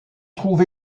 trouve